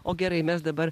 o gerai mes dabar